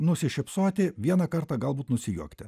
nusišypsoti vieną kartą galbūt nusijuokti